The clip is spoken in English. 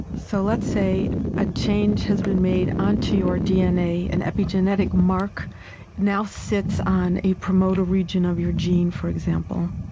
so let's say a change has been made onto your dna an epigenetic mark now sits on a promoter region of your gene, for example.